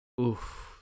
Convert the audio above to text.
Oof